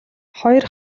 хоёр